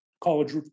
college